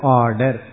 order